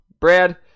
Brad